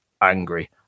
angry